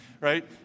right